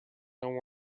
don’t